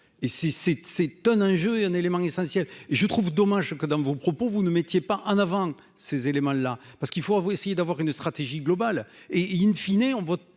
s'étonne un jeu est un élément essentiel, et je trouve dommage que dans vos propos, vous ne mettiez pas en avant ces éléments-là parce qu'il faut essayer d'avoir une stratégie globale et et, in fine, et